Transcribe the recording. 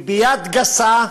וביד גסה,